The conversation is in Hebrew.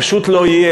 פשוט לא יהיה,